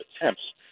attempts